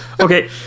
Okay